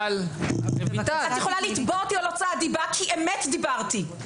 את יכולה לתבוע אותי על הוצאת דיבה כי אמת דיברתי.